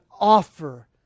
offer